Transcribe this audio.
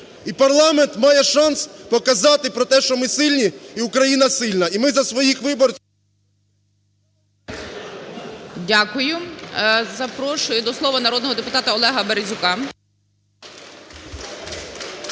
І парламент має шанс показати про те, що ми сильні і Україна сильна. І ми за своїх… ГОЛОВУЮЧИЙ. Дякую. Запрошую до слова народного депутата Олега Березюка.